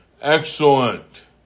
excellent